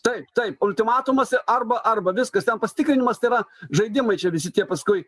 taip taip ultimatumas arba arba viskas ten pasitikrinimas tai yra žaidimai čia visi tie paskui